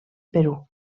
perú